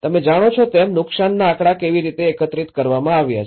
તમે જાણો છો તેમ નુકશાનના આંકડા કેવી રીતે એકત્રિત કરવામાં આવ્યા છે